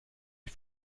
die